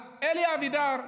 אז אלי אבידר,